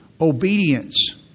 obedience